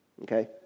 Okay